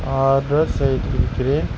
order செய்திருக்கிறேன்